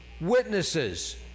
witnesses